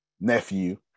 nephew